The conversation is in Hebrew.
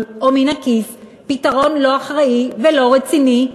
או מן הכיס פתרון לא אחראי ולא רציני.